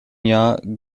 jahr